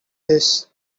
this